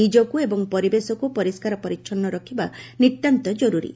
ନିଜକୁ ଏବଂ ପରିବେଶକୁ ପରିଷ୍କାର ପରିଚ୍ଚନ୍ନ ରଖିବା ନିତାନ୍ତ କରୁରୀ